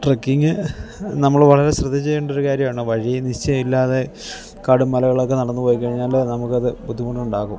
trekking നമ്മൾ വളരെ ശ്രദ്ധിച്ച് ചെയ്യേണ്ട ഒരു കാര്യമാണ് വഴി നിശ്ചയമില്ലാതെ കാടും മലകളൊക്കെ നടന്ന് പോയിക്കഴിഞ്ഞാൽ നമുക്കത് ബുദ്ധിമുട്ടുണ്ടാക്കും